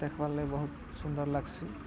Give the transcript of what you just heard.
ଦେଖ୍ବାର୍ ଲାଗି ବହୁତ୍ ସୁନ୍ଦର୍ ଲାଗ୍ସି